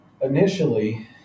Initially